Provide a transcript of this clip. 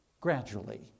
gradually